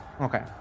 Okay